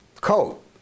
coat